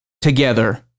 together